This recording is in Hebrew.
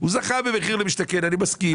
או להשכיר,